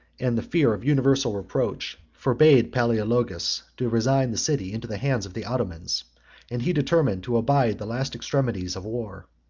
and the fear of universal reproach, forbade palaeologus to resign the city into the hands of the ottomans and he determined to abide the last extremities of war.